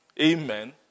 amen